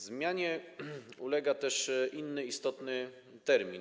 Zmianie ulega też inny istotny termin.